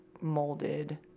molded